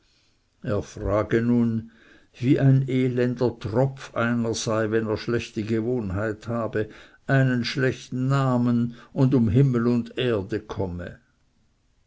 frage nun wie ein elender tropf einer sei wenn er schlechte gewohnheit habe einen schlechten namen und um himmel und erde komme